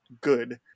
good